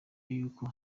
y’uko